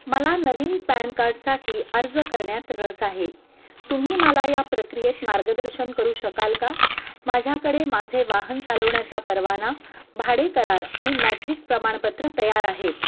मला नवीन पॅन कार्डसाठी अर्ज करण्यात रस आहे तुम्ही मला या प्रक्रियेत मार्गदर्शन करू शकाल का माझ्याकडे माझे वाहन चालवण्याचा परवाना भाडेकरार आणि मॅट्रिक प्रमाणपत्र तयार आहेत